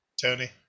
Tony